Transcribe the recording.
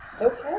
Okay